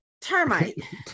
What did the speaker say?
termite